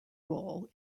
role